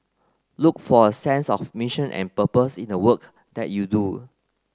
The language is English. look for a sense of mission and purpose in the work that you do